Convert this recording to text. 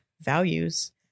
values